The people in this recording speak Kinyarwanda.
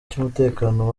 cy’umutekano